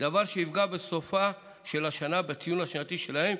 דבר שיפגע בסופה של השנה בציון השנתי שלהם,